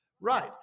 Right